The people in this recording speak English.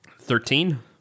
Thirteen